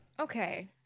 Okay